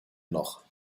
noch